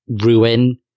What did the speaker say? Ruin